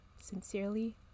Sincerely